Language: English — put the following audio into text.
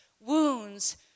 wounds